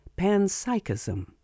panpsychism